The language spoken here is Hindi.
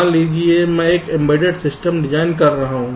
मान लीजिए कि मैं एक एम्बेडेड सिस्टम डिजाइन कर रहा हूं